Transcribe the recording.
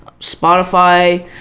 Spotify